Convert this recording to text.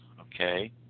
okay